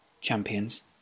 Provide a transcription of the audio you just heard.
champions